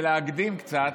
להקדים קצת,